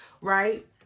right